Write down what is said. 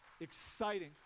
exciting